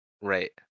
Right